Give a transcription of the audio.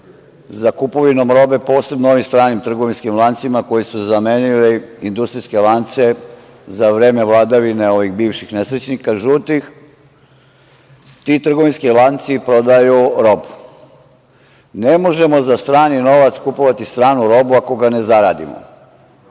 za kupovinom robe, posebno u ovim stranim trgovinskim lancima koji su zamenili industrijske lance za vreme vladavine ovih bivših nesrećnika, žutih, ti trgovinski lanci prodaju robu. Ne možemo za strani novac kupovati stranu robu ako ga ne zaradimo.